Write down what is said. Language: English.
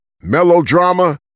melodrama